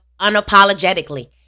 unapologetically